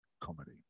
comedy